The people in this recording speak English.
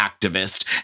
activist